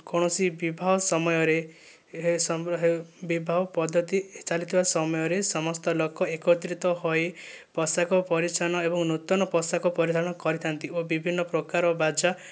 କୌଣସି ବିବାହ ସମୟରେ ପଦ୍ଧତି ଚାଲିଥିବା ସମୟରେ ସମସ୍ତ ଲୋକ ଏକତ୍ରିତ ହୋଇ ପୋଷାକ ପରିଚ୍ଛନ୍ନ ଏବଂ ନୂତନ ପୋଷାକ ପରିଧାନ କରିଥାନ୍ତି ଓ ବିଭିନ୍ନ ପ୍ରକାର ବାଜା